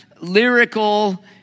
lyrical